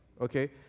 okay